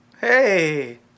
hey